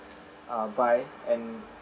uh buy and